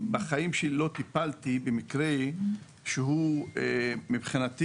בחיים שלי לא טיפלתי במקרה שהוא מבחינתי,